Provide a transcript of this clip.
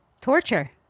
Torture